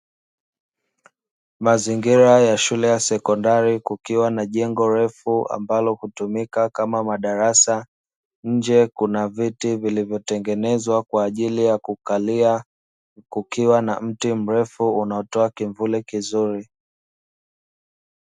Mazingira ya shule ya sekondari kukiwa na jengo refu ambalo hutumika kama madarasa, nje kuna viti vilivyotengenezwa kwa ajili ya kukalia kukiwa na mti mrefu unaotoa kivuli kizuri.